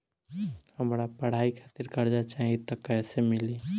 हमरा पढ़ाई खातिर कर्जा चाही त कैसे मिली?